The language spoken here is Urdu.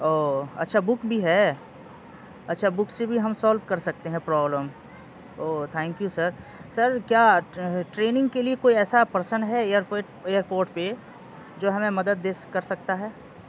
او اچھا بک بھی ہے اچھا بک سے بھی ہم سولو کر سکتے ہیں پرابلم او تھینک یو سر سر کیا ٹریننگ کے لیے کوئی ایسا پرسن ہے ایئر ایئر پورٹ پہ جو ہمیں مدد دے کر سکتا ہے